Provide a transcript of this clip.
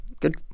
good